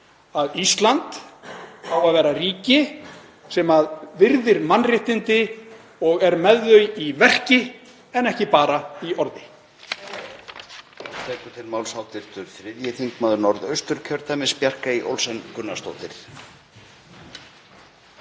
að Ísland á að vera ríki sem virðir mannréttindi og er með þau í verki en ekki bara í orði.